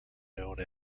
known